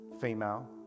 female